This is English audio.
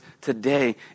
today